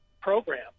program